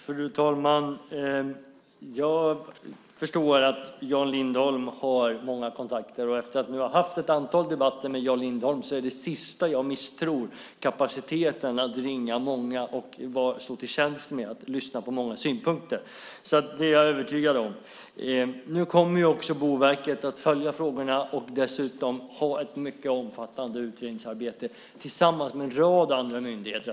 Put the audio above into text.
Fru talman! Jag förstår att Jan Lindholm har många kontakter. Efter att jag nu har haft ett antal debatter med Jan Lindholm är det sista jag misstror kapaciteten att ringa många och stå till tjänst med att lyssna på många synpunkter. Att den finns är jag övertygad om. Nu kommer också Boverket att följa frågorna och dessutom ha ett mycket omfattande utredningsarbete att genomföra tillsammans med en rad andra myndigheter.